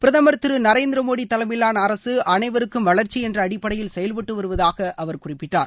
பிரதுமர் திரு நரேந்திர மோடி தலைமயிலான அரசு அனைவருக்கும் வளர்ச்சி என்ற அடிப்படையில் செயல்பட்டு வருவதாக குறிப்பிட்டார்